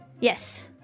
Yes